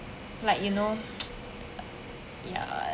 like you know ya